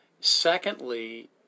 Secondly